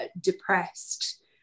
depressed